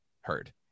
heard